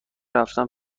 رفتن